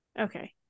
Okay